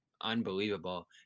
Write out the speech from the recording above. unbelievable